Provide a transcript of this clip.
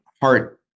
heart